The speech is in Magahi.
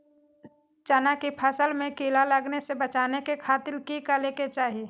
चना की फसल में कीड़ा लगने से बचाने के खातिर की करे के चाही?